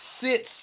sits